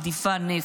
מדיפה נפט.